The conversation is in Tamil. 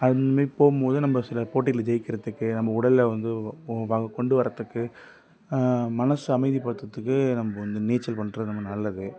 அது மாரி போகும் போது நம்ம சில போட்டியில் ஜெயிக்கிறதுக்கு நம்ம உடலை வந்து கொண்டு வர்றத்துக்கு மனதை அமைதிப்படுத்துகிறதுக்கு நம்ம வந்து நீச்சல் பண்ணுறது ரொம்ப நல்லது